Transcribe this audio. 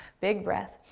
big breath.